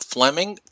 Fleming